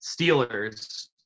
Steelers